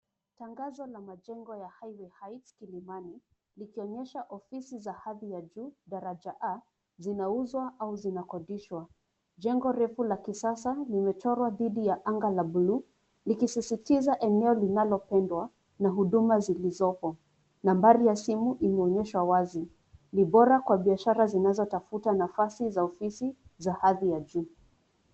Tangazo la majengo ya Highway Heights Kilimani, likionyesha ofisi za hadhi ya juu, daraja A , zinauzwa au zinakodishwa. Jengo refu la kisasa limechorwa dhidi ya anga la bluu, likisisitiza eneo linalopendwa na huduma zilizopo. Nambari ya simu imeonyeshwa wazi. Ni bora kwa biashara zinazotafuta nafasi za ofisi za hadhi ya juu.